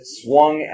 swung